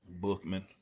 Bookman